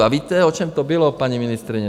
A víte, o čem to bylo, paní ministryně?